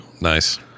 Nice